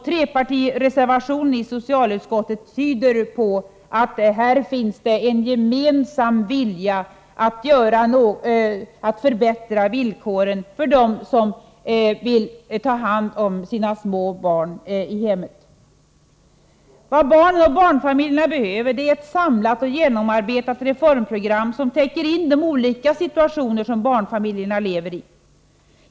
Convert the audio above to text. Trepartireservationen i socialutskottet tyder på att det här finns en gemensam vilja att förbättra villkoren för dem som vill ta hand om sina små barn i hemmet. Vad barnen och barnfamiljerna behöver är ett samlat och genomarbetat reformprogram som täcker in de olika situationer som barnfamiljerna lever i.